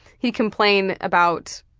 he'd complain about